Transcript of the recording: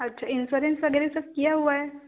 अच्छा इंश्योरेंस वगैरह सब किया हुआ है